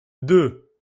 deux